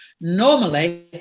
Normally